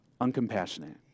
uncompassionate